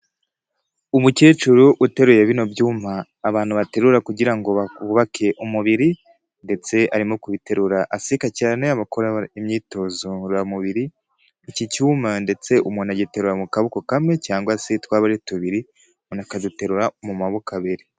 Umukecuru uteruye bino byuma abantu baterura kugira ngo bubake umubiri, ndetse arimo kubiterura aseka cyane, akora imyitozo ngororamubiri, iki cyuma ndetse umuntu agiterura mu kaboko kamwe, cyangwa se twaba ari tubiri, akaziumuntu akaduterura mu maboko abiri.